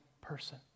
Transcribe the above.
person